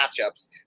matchups